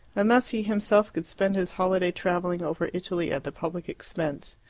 and thus he himself could spend his holiday travelling over italy at the public expense.